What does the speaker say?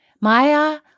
Maya